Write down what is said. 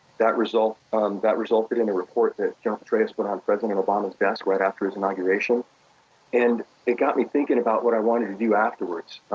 that resulted um that resulted in a report that general petraeus put on president obama's desk right after his inauguration and it got me thinking about what i wanted to do afterwards,